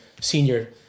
senior